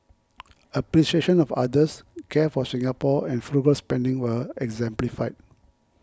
appreciation of others care for Singapore and frugal spending were exemplified